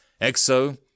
EXO